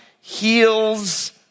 heals